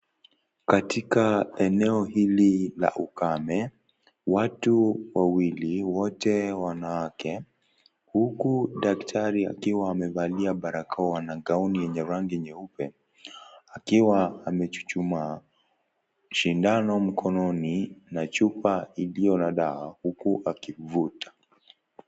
Katika eneo hili la ukame watu wawili wote wanawake huku daktari akiwa amevalia barakoa na gauni lenye rangi nyeupe akiwa amechuchumashindano mkononi na chupa iliyo na dawa la kivuta.